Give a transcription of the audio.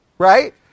Right